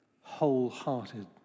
wholehearted